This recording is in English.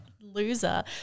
loser